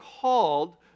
called